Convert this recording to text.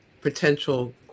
potential